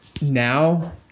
now